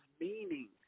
meaning